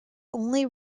only